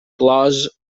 clos